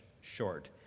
short